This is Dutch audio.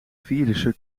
virussen